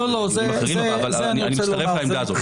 אני מצטרף לעמדה הזו.